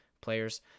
players